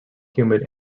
humid